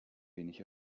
wenig